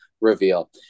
reveal